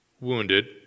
Wounded